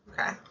Okay